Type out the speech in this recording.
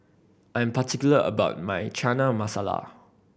I'm particular about my Chana Masala